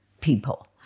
people